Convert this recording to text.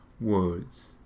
words